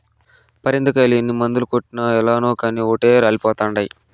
పరింద కాయలు ఎన్ని మందులు కొట్టినా ఏలనో కానీ ఓటే రాలిపోతండాయి